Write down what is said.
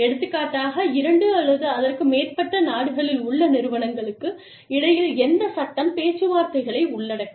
எடுத்துக்காட்டாக இரண்டு அல்லது அதற்கு மேற்பட்ட நாடுகளில் உள்ள நிறுவனங்களுக்கு இடையில் எந்த சட்டம் பேச்சுவார்த்தைகளை உள்ளடக்கும்